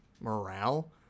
morale